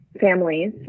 families